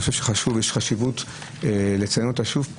יש חשיבות לציין אותה שוב,